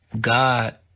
God